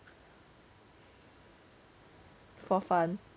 for fun